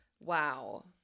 Wow